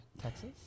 Texas